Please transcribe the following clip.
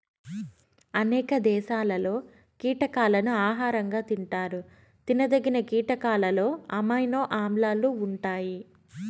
అనేక దేశాలలో కీటకాలను ఆహారంగా తింటారు తినదగిన కీటకాలలో అమైనో ఆమ్లాలు ఉంటాయి